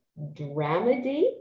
dramedy